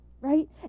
right